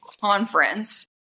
conference